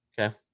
Okay